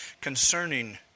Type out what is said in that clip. concerning